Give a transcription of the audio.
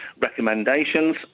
recommendations